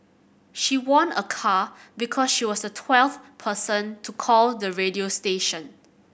she won a car because she was the twelfth person to call the radio station